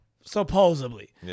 Supposedly